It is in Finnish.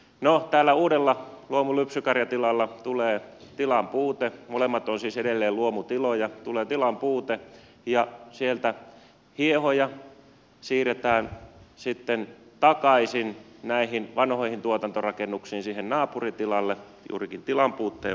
no täällä uudella luomulypsykarjatilalla tulee tilanpuute molemmat ovat siis edelleen luomutiloja ja sieltä hiehoja siirretään sitten takaisin näihin vanhoihin tuotantorakennuksiin siihen naapuritilalle juurikin tilanpuutteen vuoksi